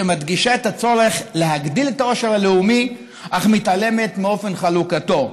שמדגישה את הצורך להגדיל את העושר הלאומי אך מתעלמת מאופן חלוקתו.